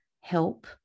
help